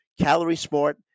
calorie-smart